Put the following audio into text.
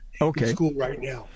Okay